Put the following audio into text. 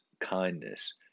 kindness